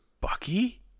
Bucky